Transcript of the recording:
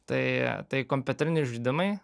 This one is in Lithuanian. tai tai kompiuteriniai žaidimai